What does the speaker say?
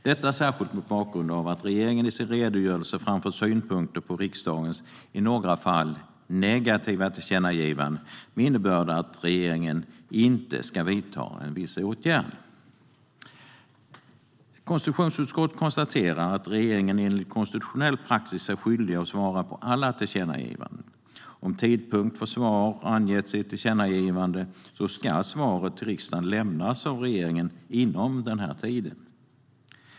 Detta gör vi särskilt mot bakgrund av att regeringen i sin redogörelse framfört synpunkter på riksdagens i några fall negativa tillkännagivanden, med innebörden att regeringen inte ska vidta en viss åtgärd. Konstitutionsutskottet konstaterar att regeringen enligt konstitutionell praxis är skyldig att svara på alla tillkännagivanden. Om tidpunkt för svar har angetts i ett tillkännagivande ska svaret till riksdagen lämnas av regeringen inom denna tid.